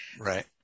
Right